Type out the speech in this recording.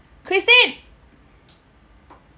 christine